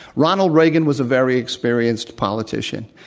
ronald reagan was a very experienced politician.